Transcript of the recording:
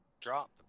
drop